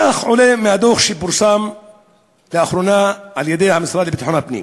כך עולה מהדוח שפורסם לאחרונה על-ידי המשרד לביטחון הפנים.